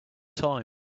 time